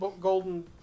golden